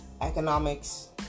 economics